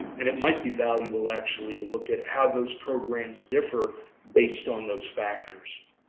and it might be valuable actually to look at how those programs differ based on those factors.